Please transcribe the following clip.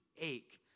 ache